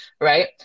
right